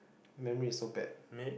memory is so bad